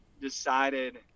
decided